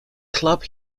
club